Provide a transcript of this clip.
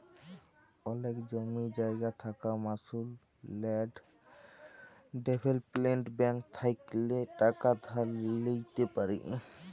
অলেক জমি জায়গা থাকা মালুস ল্যাল্ড ডেভেলপ্মেল্ট ব্যাংক থ্যাইকে টাকা ধার লিইতে পারি